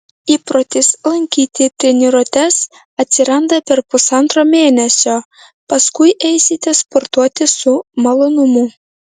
įprotis lankyti treniruotes atsiranda per pusantro mėnesio paskui eisite sportuoti su malonumu